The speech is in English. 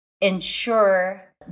ensure